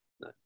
No